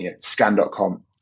Scan.com